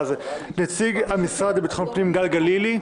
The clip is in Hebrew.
נציג המשרד לביטחון פנים, גל גלילי.